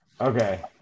okay